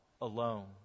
alone